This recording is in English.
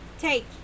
Take